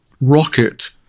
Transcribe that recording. Rocket